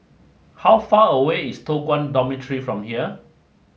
how far away is Toh Guan Dormitory from here